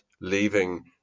leaving